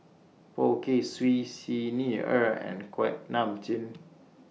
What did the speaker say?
Poh Kay Swee Xi Ni Er and Kuak Nam Jin